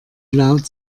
laut